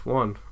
one